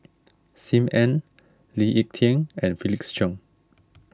Sim Ann Lee Ek Tieng and Felix Cheong